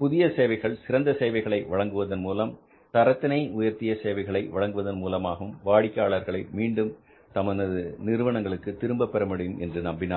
புதிய சேவைகள் சிறந்த சேவைகளை வழங்குவதன் மூலமும் தரத்தினை உயர்த்திய சேவைகளை வழங்குவதன் மூலமாகவும் வாடிக்கையாளர்களை மீண்டும் தமது நிறுவனங்களுக்கு திரும்ப பெற முடியும் என்று நம்பினார்கள்